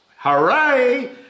Hooray